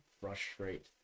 frustrate